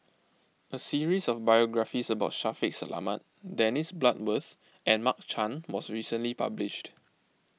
a series of biographies about Shaffiq Selamat Dennis Bloodworth and Mark Chan was recently published